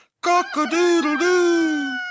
cock-a-doodle-doo